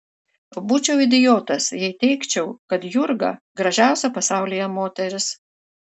būčiau idiotas jei teigčiau kad jurga gražiausia pasaulyje moteris